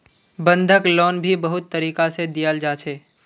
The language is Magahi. बंधक लोन भी बहुत तरीका से दियाल जा छे